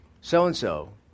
so-and-so